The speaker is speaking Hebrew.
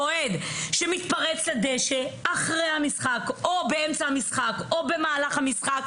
אוהד שמתפרץ לדשא אחרי המשחק או במהלך המשחק,